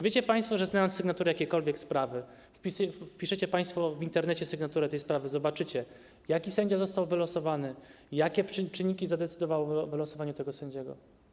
Wiecie państwo, że znając sygnaturę jakiejkolwiek sprawy, wpiszecie ją państwo w Internecie i zobaczycie, jaki sędzia został wylosowany, jakie czynniki zadecydowały o wylosowaniu tego sędziego?